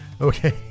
Okay